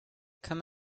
come